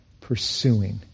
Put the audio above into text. pursuing